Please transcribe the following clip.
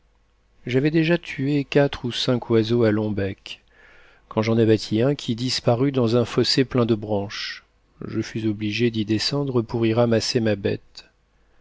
j'avais déjà tué quatre ou cinq oiseaux à long bec quand j'en abattis un qui disparut dans un fossé plein de branches je fus obligé d'y descendre pour y ramasser ma bête